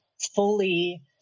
fully